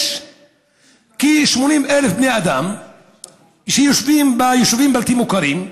יש כ-80,000 בני אדם שיושבים ביישובים הבלתי-מוכרים,